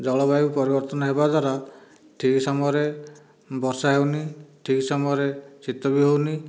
ଜଳବାୟୁ ପରିବର୍ତ୍ତନ ହେବା ଦ୍ୱାରା ଠିକ୍ ସମୟରେ ବର୍ଷା ହେଉନି ଠିକ୍ ସମୟରେ ଶୀତ ବି ହେଉନି